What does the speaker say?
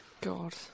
God